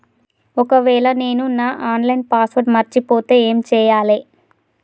ఒకవేళ నేను నా ఆన్ లైన్ పాస్వర్డ్ మర్చిపోతే ఏం చేయాలే?